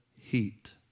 heat